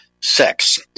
sex